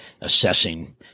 assessing